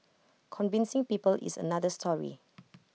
convincing people is another story